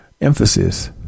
emphasis